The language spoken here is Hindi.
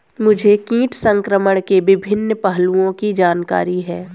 मुझे कीट संक्रमण के विभिन्न पहलुओं की जानकारी है